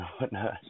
whatnot